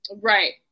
Right